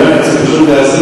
אני רק רוצה פשוט לאזן,